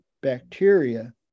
bacteria